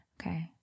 Okay